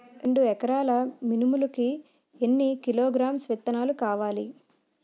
రెండు ఎకరాల మినుములు కి ఎన్ని కిలోగ్రామ్స్ విత్తనాలు కావలి?